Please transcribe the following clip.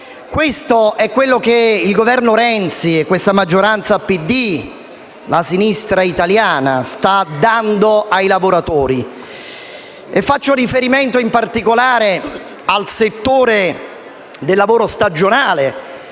questo è quello che il Governo Renzi e la maggioranza PD, la sinistra italiana, stanno assicurando ai lavoratori. Mi riferisco in particolare al settore del lavoro stagionale,